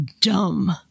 dumb